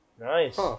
Nice